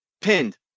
Pinned